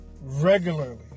regularly